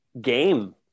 game